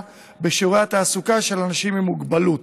בשיעור התעסוקה של אנשים עם מוגבלות.